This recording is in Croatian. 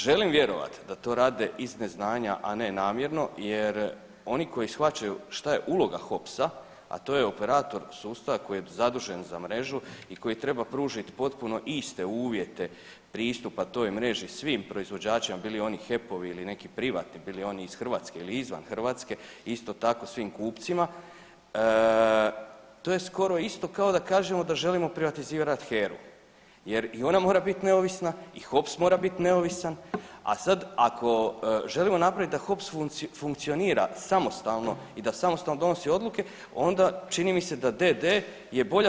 Želim vjerovati da to rade iz neznanja, a ne namjerno jer oni koji shvaćaju šta je uloga HOPS-a, a to je operator sustava koji je zadužen za mrežu i koji treba pružiti potpuno iste uvjete pristupa toj mreži svim proizvođačima bili oni HEP-ovi ili neki privatni, bili oni iz Hrvatske ili izvan Hrvatske i isto tako svim kupcima, to je skoro isto kao da kažemo da želimo privatizirati HERU jer i ona mora biti neovisna i HOPS mora biti neovisan, a sad ako želimo napraviti da HOPS funkcionira samostalno i da samostalno donosi odluke onda čini mi se da d.d [[Upadica: Hvala.]] od d.o.o.